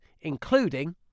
including